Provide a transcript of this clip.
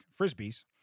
frisbees